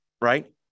right